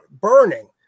burning